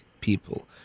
people